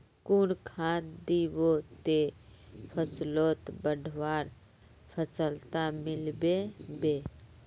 कुन खाद दिबो ते फसलोक बढ़वार सफलता मिलबे बे?